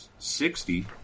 Sixty